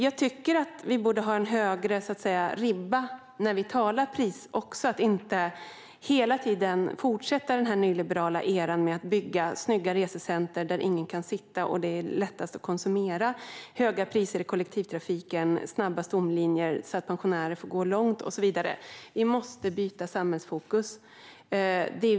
Jag tycker att vi borde lägga ribban högre när vi talar priser och inte fortsätta den nyliberala eran med byggande av snygga resecenter där ingen kan sitta och det är lättast att konsumera, med höga priser i kollektivtrafiken, med snabba stomlinjer så att pensionärer får gå långt och så vidare. Vi måste byta samhällsfokus.